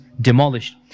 demolished